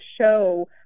show